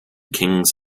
kings